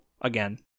again